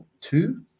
two